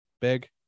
big